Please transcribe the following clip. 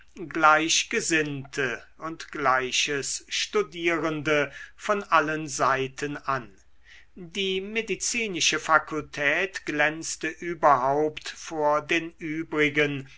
gleichgesinnte und gleiches studierende von allen seiten an die medizinische fakultät glänzte überhaupt vor den übrigen